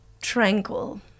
Tranquil